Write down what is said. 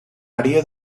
àrea